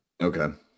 Okay